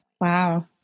Wow